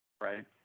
right